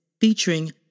featuring